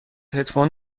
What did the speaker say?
هدفون